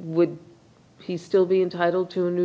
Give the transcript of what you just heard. would he still be entitled to a new